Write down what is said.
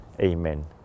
Amen